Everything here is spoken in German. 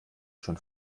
schon